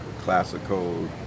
classical